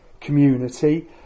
community